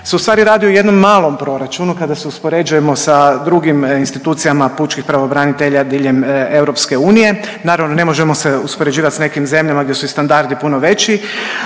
su ustvari radi o jednom malom proračunu kada se uspoređujemo sa drugim institucijama pučkih pravobranitelja diljem EU. Naravno ne možemo se uspoređivat s nekim zemljama gdje su i standardi puno veći,